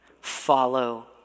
Follow